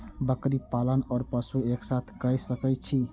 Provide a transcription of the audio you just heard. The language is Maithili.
बकरी पालन ओर पशु एक साथ कई सके छी?